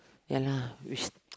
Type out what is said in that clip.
ya lah which